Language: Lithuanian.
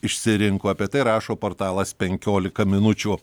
išsirinko apie tai rašo portalas penkiolika minučių